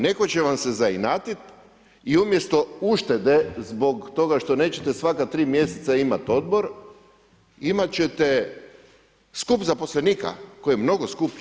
Netko će vam se zainatiti i umjesto uštede zbog toga što nećete svaka 3 mj. imati odbor imati ćete skup zaposlenika koji je mnogo skuplji.